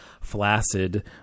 flaccid